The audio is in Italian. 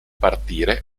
partire